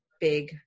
big